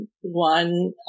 one